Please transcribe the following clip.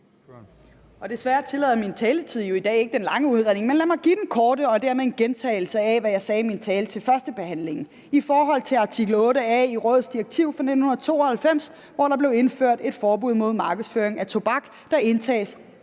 Desværre tillader min taletid i dag jo ikke den lange udredning. Men lad mig give den korte og dermed en gentagelse af, hvad jeg sagde i min tale til førstebehandlingen i forhold til artikel 8 a i Rådets direktiv fra 1992, hvor der blev indført et forbud mod markedsføring af tobak, der indtages